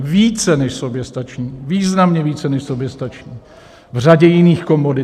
Více než soběstační, významně více než soběstační v řadě jiných komodit.